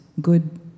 good